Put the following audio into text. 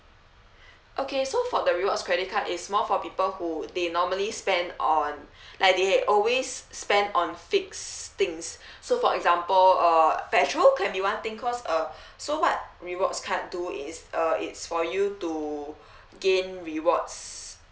okay so for the rewards credit card it's more for people who they normally spend on like they always spend on fixed things so for example uh facial can be one thing cause uh so what rewards card do is uh it's for you to gain rewards